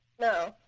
No